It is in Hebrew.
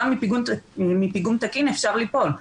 גם מפיגום תקין אפשר ליפול.